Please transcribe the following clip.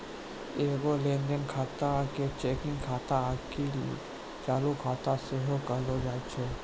एगो लेन देन खाता के चेकिंग खाता आकि चालू खाता सेहो कहलो जाय छै